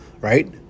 right